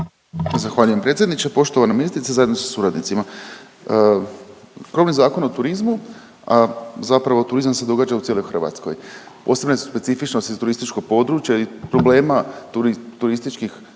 Zahvaljujem predsjedniče, poštovana ministre zajedno sa suradnicima. Krovni Zakon o turizmu, a zapravo, turizam se događa u cijeloj Hrvatskoj. .../Govornik se ne razumije./... specifičnosti iz turističkog područja i problema turističkih